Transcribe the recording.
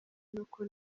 nuko